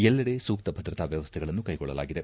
ಎಲ್ಲೆಡೆ ಸೂಕ್ತ ಭದ್ರತಾ ವ್ಯವಸ್ಥೆಗಳನ್ನು ಕೈಗೊಳ್ಳಲಾಗಿದೆ